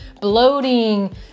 bloating